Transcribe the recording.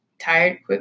tired